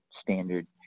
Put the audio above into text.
standard